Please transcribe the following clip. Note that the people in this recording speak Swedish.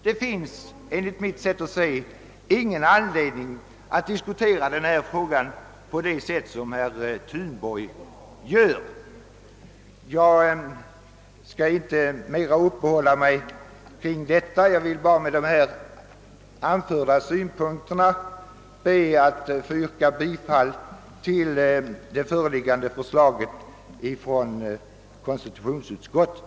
Det finns enligt mitt sätt att se ingen anledning att diskutera denna fråga på det sätt som herr Thunborg gör. Jag skall inte uppehålla mig mera vid detta. Jag ber bara att med de anförda synpunkterna få yrka bifall till det föreliggande förslaget av konstitutionsutskottet.